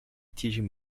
teaching